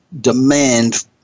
demand